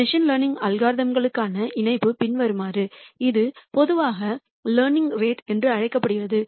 machine learning அல்கோரிதம்களுக்கான இணைப்பு பின்வருமாறு இது பொதுவாக கற்றல் வீதம் என்று அழைக்கப்படுகிறது